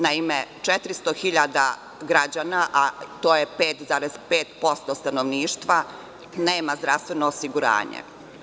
Naime, 400.000 građana, a to je 5,5% stanovništva, nema zdravstveno osiguranje.